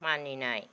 मानिनाय